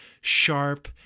sharp